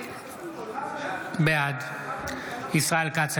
בעד ישראל כץ,